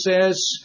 says